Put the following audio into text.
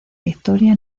victoria